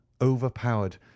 overpowered